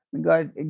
God